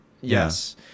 yes